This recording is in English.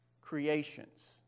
creations